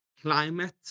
climate